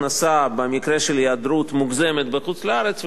הכנסה במקרה של היעדרות מוגזמת בחוץ-לארץ,